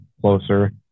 closer